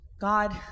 God